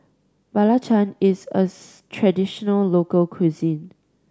belacan is a traditional local cuisine